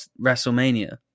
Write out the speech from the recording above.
wrestlemania